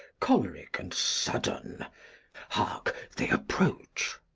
chorrick and sudden hark. they approach